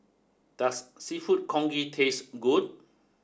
does Seafood Congee taste good